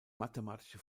mathematische